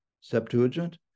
Septuagint